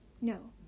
no